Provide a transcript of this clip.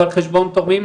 זה על חשבון תורמים,